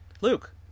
Luke